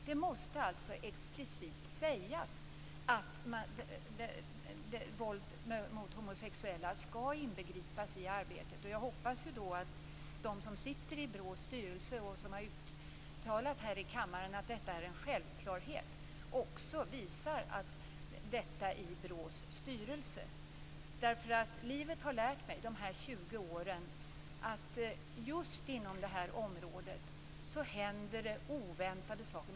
Det måste explicit sägas att våld mot homosexuella skall inbegripas i arbetet. Jag hoppas att de som sitter i BRÅ:s styrelse och som här i kammaren har uttalat att detta är en självklarhet också visar det i BRÅ:s styrelse. De här 20 åren har lärt mig att det just inom det här området händer oväntade saker.